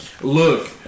Look